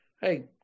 hey